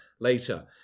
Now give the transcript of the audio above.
later